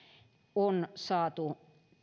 on saatu